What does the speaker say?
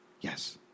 Yes